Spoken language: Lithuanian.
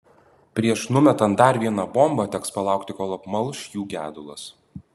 prieš numetant dar vieną bombą teks palaukti kol apmalš jų gedulas